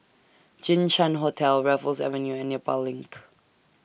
Jinshan Hotel Raffles Avenue and Nepal LINK